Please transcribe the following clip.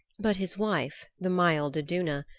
but his wife, the mild iduna,